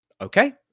Okay